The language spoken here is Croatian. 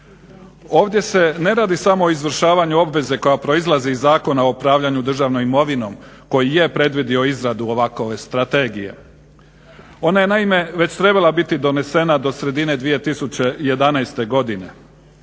Ovdje se ne radi samo o izvršavanju obveze koja proizlazi iz Zakona o upravljanju državnom imovinom koji je predvidio izradu ovakve strategije, ona je naime već trebala biti donesena do sredine 2011. godine,